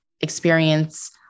experience